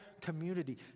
community